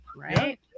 Right